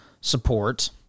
support